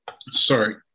Sorry